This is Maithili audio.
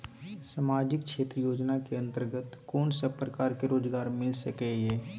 सामाजिक क्षेत्र योजना के अंतर्गत कोन सब प्रकार के रोजगार मिल सके ये?